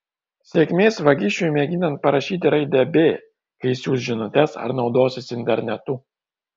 sėkmės vagišiui mėginant parašyti raidę b kai siųs žinutes ar naudosis internetu